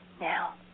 Now